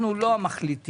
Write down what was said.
אנחנו לא המחליטים.